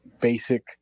basic